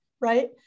Right